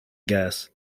guess